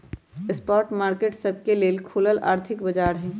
spot market सबके लेल खुलल आर्थिक बाजार हइ